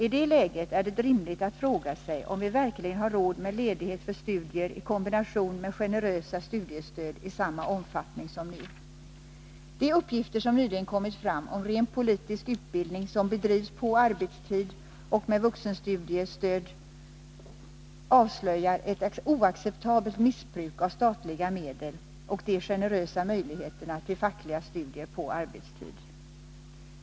I det läget är det rimligt att fråga sig om vi verkligen har råd med ledighet för studier i kombination med generösa studiestöd i samma omfattning som nu. De uppgifter som nyligen kommit fram om ren politisk utbildning som bedrivs på arbetstid och med vuxenstudiestöd avslöjar ett oacceptabelt missbruk av statliga medel och de generösa möjligheterna till fackliga studier på arbetstid.